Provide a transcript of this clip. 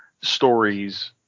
stories